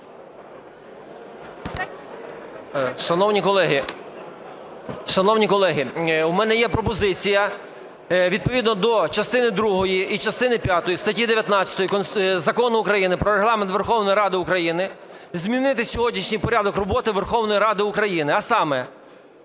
Шановні колеги, в мене є пропозиція відповідно до частини другої і частини п'ятої статті 19 Закону України "Про Регламент Верховної Ради України" змінити сьогоднішній порядок роботи Верховної Ради України. А саме: